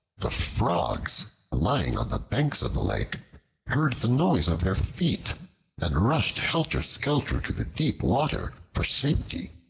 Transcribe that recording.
the frogs lying on the banks of the lake heard the noise of their feet and rushed helter-skelter to the deep water for safety.